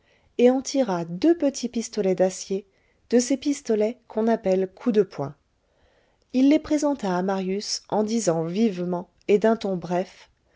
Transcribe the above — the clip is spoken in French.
et en tira deux petits pistolets d'acier de ces pistolets qu'on appelle coups de poing il les présenta à marius en disant vivement et d'un ton bref